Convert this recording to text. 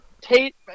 Tate